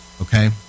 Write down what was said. Okay